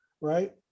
right